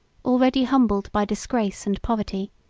already humbled by disgrace and poverty,